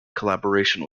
collaboration